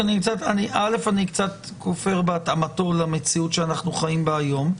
ראשית אני קצת כופר בהתאמתו למציאות שאנחנו חיים בה היום,